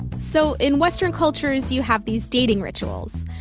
so, in western cultures, you have these dating rituals.